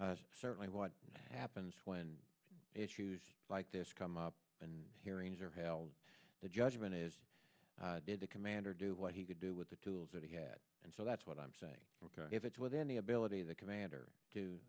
certainly what happens when issues like this come up and hearings are held the judgment is did the commander do what he would do with the tools that he had and so that's what i'm saying if it's within the ability of the commander